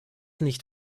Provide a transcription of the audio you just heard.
nicht